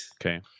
Okay